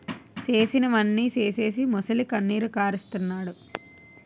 చేసినవన్నీ సేసీసి మొసలికన్నీరు కారస్తన్నాడు